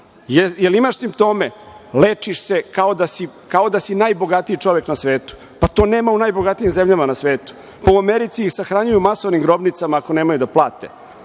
li imaš simptome? Lečiš se kao da si najbogatiji čovek na svetu. Pa, to nema u najbogatijim zemljama na svetu. U Americi ih sahranjuju u masovnim grobnicama ako nemaju da plate.